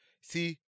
See